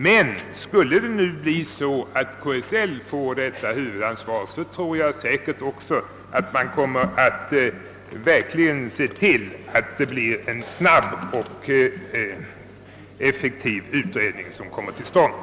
Men även om KSL skulle få detta ansvar kommer säkerligen en effektiv utredning snabbt att komma till stånd.